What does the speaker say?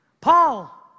Paul